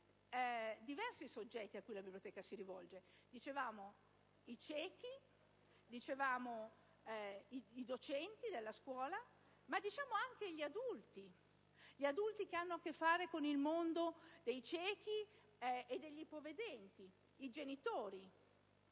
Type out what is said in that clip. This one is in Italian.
diversi, i soggetti ai quali la Biblioteca si rivolge: i ciechi, i docenti della scuola, ma anche gli adulti che hanno a che fare con il mondo dei ciechi e degli ipovedenti, i genitori